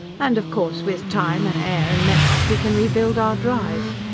and of course with time and air and metals we can rebuild our drive.